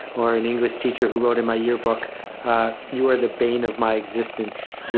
or an english teacher who wrote in my yearbook you are the bane of my existence